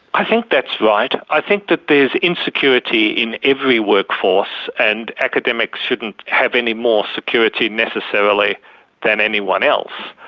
i think that's right. i think that there is insecurity in every workforce and academics shouldn't have any more security necessarily than anyone else,